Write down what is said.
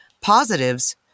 positives